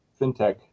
FinTech